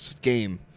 game